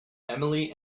emily